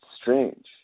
strange